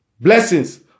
Blessings